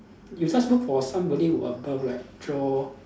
you just look for somebody who above like draw